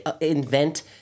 invent